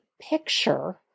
picture